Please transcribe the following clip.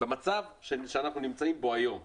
במצב שאנחנו נמצאים בו היום,